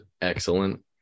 excellent